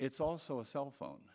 it's also a cell phone